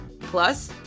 Plus